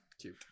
Cute